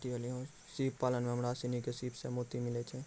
सिप पालन में हमरा सिनी के सिप सें मोती मिलय छै